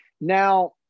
Now